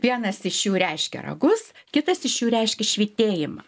vienas iš jų reiškia ragus kitas iš jų reiškia švytėjimą